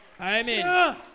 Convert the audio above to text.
Amen